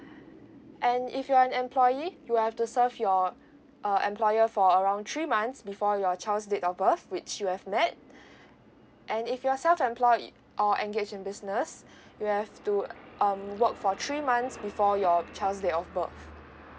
and if you are an employee you have to serve your uh employer for around three months before your child's date of birth which you have met and if you're self employed or engage in business you have to um work for three months before your child's date of birth